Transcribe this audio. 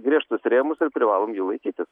griežtus rėmus ir privalom jų laikytis